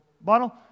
bottle